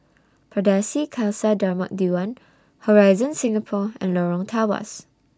Pardesi Khalsa Dharmak Diwan Horizon Singapore and Lorong Tawas